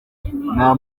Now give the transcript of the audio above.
nta